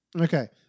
Okay